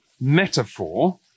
metaphor